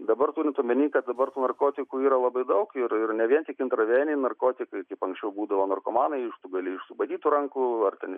dabar turint omeny kad dabar tų narkotikų yra labai daug ir ir ne vien tik intraveniniai narkotikai kaip anksčiau būdavo narkomanai iš tu gali iš subadytų rankų ar ten iš